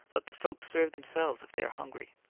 let the folks serve themselves if they are hungry.